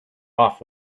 off